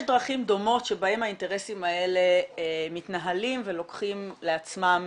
דרכים דומות שבהם האינטרסים האלה מתנהלים ולוקחים לעצמם